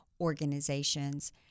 organizations